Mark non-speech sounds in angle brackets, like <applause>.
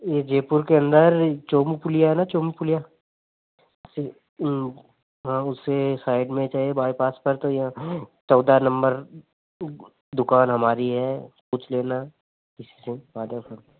एजेपुर के अंदर चोमुपुलिया हे न चोमुपुलिया <unintelligible> हाँ उसे साइड में चाहे बाइ पास <unintelligible> चौदह नंबर दुकान हमारी है पूछ लेना किसी से <unintelligible>